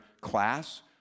class